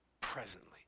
presently